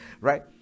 right